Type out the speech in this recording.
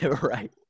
right